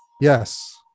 Yes